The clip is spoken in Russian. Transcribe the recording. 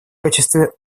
качестве